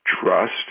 trust